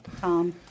Tom